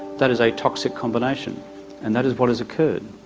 that is a toxic combination and that is what has occurred.